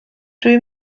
dwi